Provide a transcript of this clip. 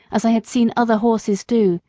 as i had seen other horses do,